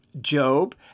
Job